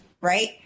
right